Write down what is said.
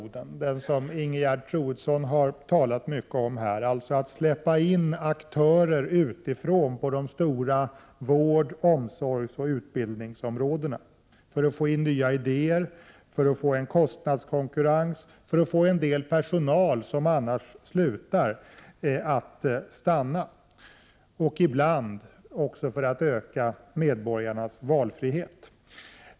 Med det menar vi det som Ingegerd Troedsson har talat mycket om här, dvs. att släppa in aktörer utifrån på de stora vård-, omsorgsoch utbildningsområdena. Det vill vi göra för att få in nya idéer, för att få en kostnadskonkurrens och för att få en del personal, som annars skulle sluta, att stanna samt ibland också för att öka medborgarnas valfrihet.